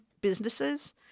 businesses